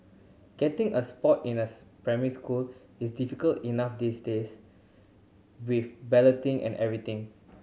getting a spot in a primary school is difficult enough these days with balloting and everything